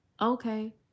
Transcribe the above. okay